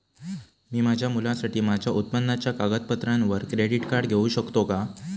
मी माझ्या मुलासाठी माझ्या उत्पन्नाच्या कागदपत्रांवर क्रेडिट कार्ड घेऊ शकतो का?